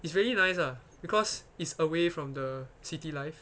it's really nice lah because it's away from the city life